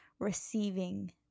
receiving